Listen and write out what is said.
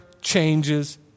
changes